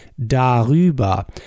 Darüber